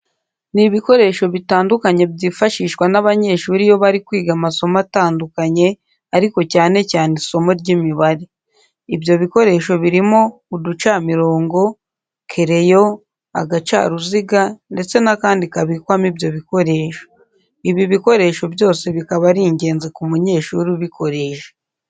Ni ibikoresho bitandukanye byifashishwa n'abanyeshuri iyo bari kwiga amasomo atandukanye ariko cyane cyane isimo ry'Imibare. Ibyo bikoresho birimo uducamirongo, kereyo, agacaruziga ndetse n'akandi kabikwamo ibyo bikoresho. Ibi bikoresho byose bikaba ari ingenzi ku munyeshuri ubukoresha.